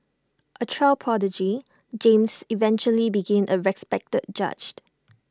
A child prodigy James eventually became A respected judge